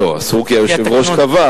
לא, אסור כי היושב-ראש קבע.